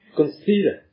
consider